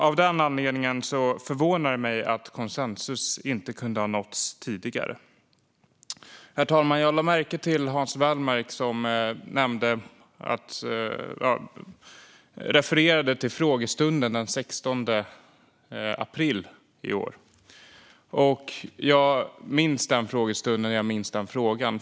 Av den anledningen förvånar det mig att konsensus inte har kunnat nås tidigare. Herr talman! Jag lade märke till att Hans Wallmark refererade till frågestunden den 16 april i år. Jag minns den frågestunden, och jag minns frågan.